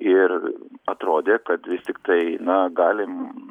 ir atrodė kad vis tiktai na galim